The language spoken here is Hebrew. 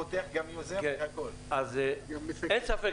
אין ספק,